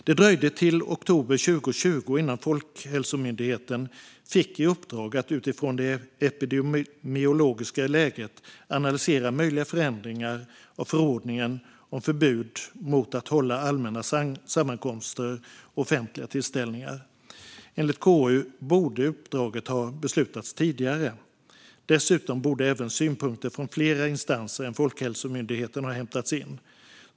Det dröjde till oktober 2020 innan Folkhälsomyndigheten fick i uppdrag att utifrån det epidemiologiska läget analysera möjliga förändringar av förordningen om förbud mot att hålla allmänna sammankomster och offentliga tillställningar. Enligt KU borde uppdraget ha beslutats tidigare. Dessutom borde även synpunkter från fler instanser än Folkhälsomyndigheten ha hämtats in.